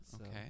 Okay